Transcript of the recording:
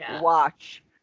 watch